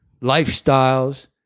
lifestyles